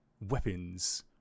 weapons